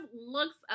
looks